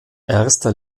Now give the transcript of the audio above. erster